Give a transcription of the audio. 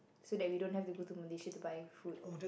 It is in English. so that we don't have to go to Malaysia to buy food